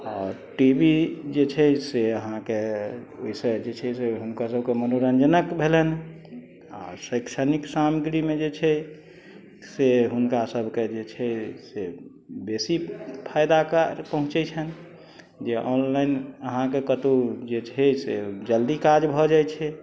T V जे छै से अहाँके ओहिसँ जे छै से हुनका सबके मनोरंजनक भेलनि आ शैक्षणिक सामग्रीमे जे छै से हुनका सबके जे छै से बेसी फायदाकार पहुँचै छनि जे ऑनलाइन अहाँके कतौ जे छै से जल्दी काज भऽ जाय छै